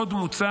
עוד מוצע,